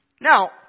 Now